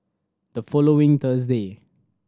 the following Thursday